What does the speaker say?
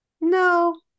no